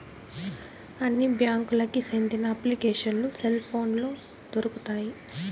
అన్ని బ్యాంకులకి సెందిన అప్లికేషన్లు సెల్ పోనులో దొరుకుతాయి